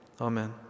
Amen